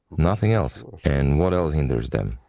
nothing else. and what else hinders them?